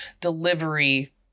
delivery